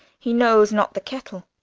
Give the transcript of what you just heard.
he knows not the kettle.